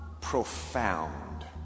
profound